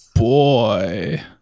boy